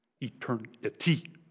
Eternity